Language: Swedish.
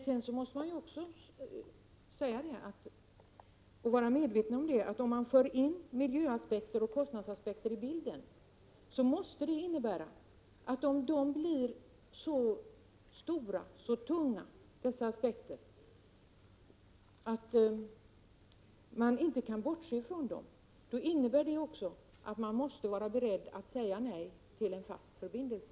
Men man måste också vara medveten om att man, om allt för omfattande miljöoch kostnadsaspekter tas med i bilden, inte kan bortse från dessa aspekter. Det innebär också att man måste vara beredd att säga nej till en fast förbindelse.